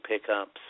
pickups